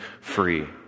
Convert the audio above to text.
free